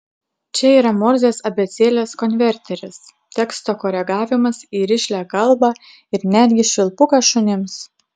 čia yra ir morzės abėcėlės konverteris teksto koregavimas į rišlią kalbą ir netgi švilpukas šunims